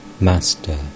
Master